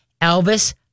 Elvis